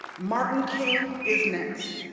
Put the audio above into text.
martin king is next,